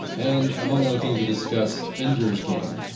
and among other things, we discuss ender's game,